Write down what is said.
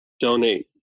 donate